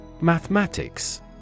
Mathematics